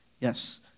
yes